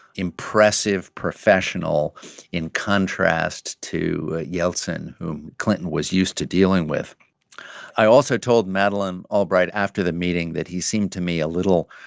impressive, professional in contrast to yeltsin, whom clinton was used to dealing with i also told madeleine albright after the meeting that he seemed to me a little